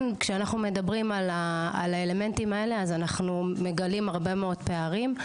כשאנחנו מדברים על האלמנטים האלה אז אנחנו מגלים הרבה מאוד פערים.